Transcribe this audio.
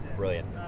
Brilliant